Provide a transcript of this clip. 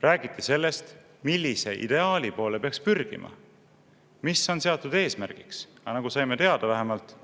Räägiti sellest, millise ideaali poole peaks pürgima, mis on seatud eesmärgiks. Aga me saime vähemalt